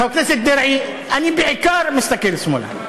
חבר הכנסת דרעי, אני בעיקר מסתכל שמאלה.